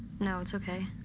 no, it's okay.